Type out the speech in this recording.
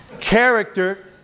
character